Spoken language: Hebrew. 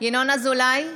ינון אזולאי,